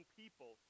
people